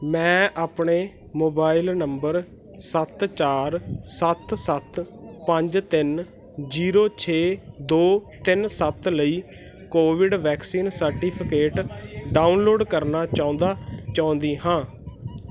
ਮੈਂ ਆਪਣੇ mobile number ਸੱਤ ਚਾਰ ਸੱਤ ਸੱਤ ਪੰਜ ਤਿੰਨ ਜੀਰੋ ਛੇ ਦੋ ਤਿੰਨ ਸੱਤ ਲਈ ਕੋਵਿਡ ਵੈਕਸੀਨ ਸਰਟੀਫਿਕੇਟ ਡਾਊਨਲੋਡ ਕਰਨਾ ਚਾਹੁੰਦਾ ਚਾਹੁੰਦੀ ਹਾਂ